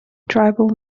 tribal